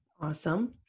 awesome